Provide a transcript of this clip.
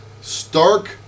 Stark